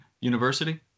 university